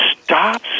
stop